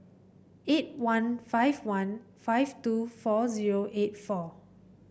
eight one five one five two four zero eight four